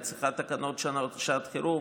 היא צריכה תקנות לשעת חירום,